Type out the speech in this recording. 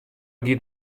giet